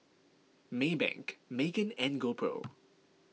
Maybank Megan and GoPro